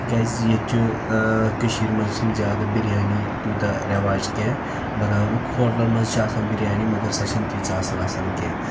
تِکیٛازِ ییٚتہِ چھِ کٔشیٖرِ منٛز چھِنہٕ زیادٕ بِریانی تیوٗتاہ رٮ۪واج کینٛہہ بَناونُک ہوٹلَن منٛز چھِ آسان بِریانی مگر سۄ چھَنہٕ تیٖژاہ اَصٕل آسان کینٛہہ